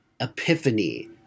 Epiphany